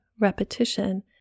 repetition